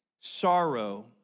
sorrow